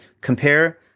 Compare